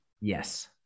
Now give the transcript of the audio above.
Yes